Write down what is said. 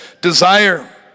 desire